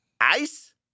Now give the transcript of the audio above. ice